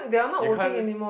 you can't